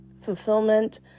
fulfillment